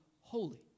holy